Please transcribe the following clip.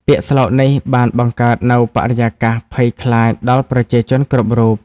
ពាក្យស្លោកនេះបានបង្កើតនូវបរិយាកាសភ័យខ្លាចដល់ប្រជាជនគ្រប់រូប។